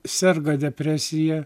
serga depresija